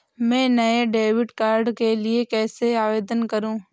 मैं नए debit card के लिए कैसे आवेदन करूं?